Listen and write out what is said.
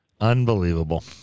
Unbelievable